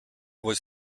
was